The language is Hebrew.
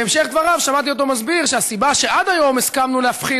בהמשך דבריו שמעתי אותו מסביר שהסיבה שעד היום הסכמנו להפחית,